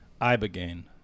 Ibogaine